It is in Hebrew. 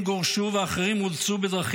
"הרי אתה עתה ברוך